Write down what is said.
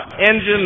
engine